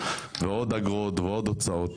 ועוד אגרות ועוד הוצאות